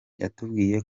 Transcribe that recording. yatubwiye